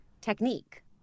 technique